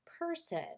person